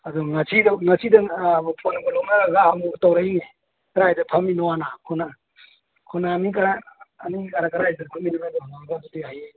ꯑꯗꯨ ꯉꯁꯤꯗꯪ phone number ꯂꯧꯅꯔꯒ ꯑꯃꯨꯛ ꯇꯧꯔꯛꯏꯅꯤ ꯀꯔꯥꯏꯗ ꯐꯝꯃꯤꯅꯣꯅ ꯈꯣꯡꯅꯥꯡ ꯈꯣꯡꯅꯥꯡ ꯑꯅꯤ ꯀꯥꯔꯛ ꯑꯅꯤ ꯀꯥꯔꯛ ꯀꯗꯥꯏꯗ ꯐꯝꯃꯤꯅꯣꯅ ꯍꯪꯉꯒ ꯑꯗꯨꯗꯤ ꯍꯌꯦꯡ